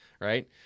right